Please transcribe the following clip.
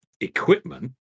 equipment